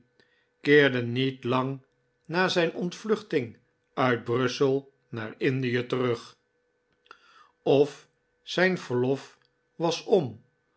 keerde niet lang na zijn ontvluchting uit brussel naar indie terug of zijn verlof was om